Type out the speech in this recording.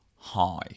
High